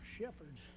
shepherds